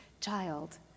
child